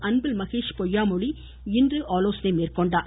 அன்பில் மகேஷ் பொய்யாமொழி இன்று மேற்கொண்டார்